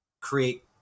create